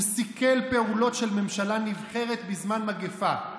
הוא סיכל פעולות של ממשלה נבחרת בזמן מגפה.